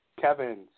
Kevin